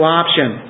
option